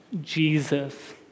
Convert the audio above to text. Jesus